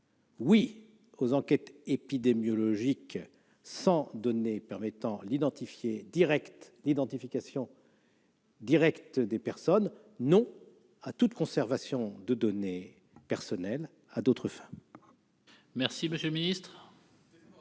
Oui aux enquêtes épidémiologiques dépourvues de données permettant l'identification directe des personnes. Non à toute conservation de données personnelles à d'autres fins. J'émets donc un avis